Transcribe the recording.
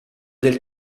del